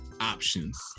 Options